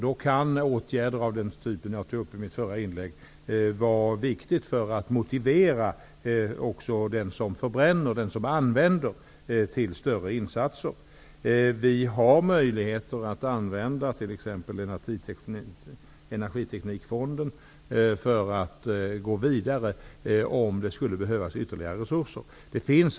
Då kan åtgärder av den typ som jag nämnde i mitt förra inlägg vara viktiga för att motivera också den som förbränner att göra större insatser. Vi har möjligheter att använda oss av t.ex. Energiteknikfonden när det gäller att gå vidare här, om ytterligare resurser skulle behövas.